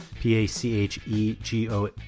P-A-C-H-E-G-O